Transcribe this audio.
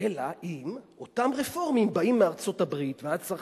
אלא אם אותם רפורמים באים מארצות-הברית ואז צריך